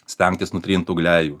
stengtis nutrintų gleivių